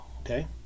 okay